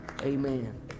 Amen